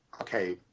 okay